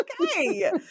Okay